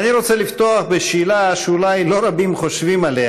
אני מתכבד לפתוח את הישיבה לציון יום